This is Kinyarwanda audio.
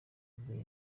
igura